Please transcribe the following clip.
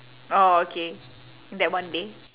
orh okay